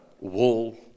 wall